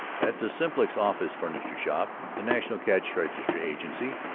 at the simplex office furniture shop, the national cash register agency,